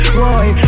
boy